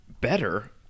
Better